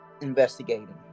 investigating